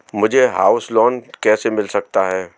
मुझे house loan कैसे मिल सकता है?